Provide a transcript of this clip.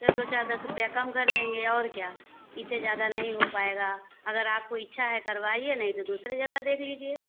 चलो दो चार दस रुपया कम कर देंगे और क्या इससे ज़्यादा नहीं हो पाएगा अगर आपको इच्छा है करवाइए नहीं तो दूसरी जगह देख लीजिए